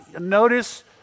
notice